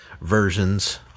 versions